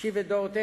מחשיב את דעותיך,